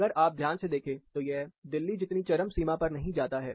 अगर आप ध्यान से देखें तो यह दिल्ली जितनी चरम सीमा पर नहीं जाता है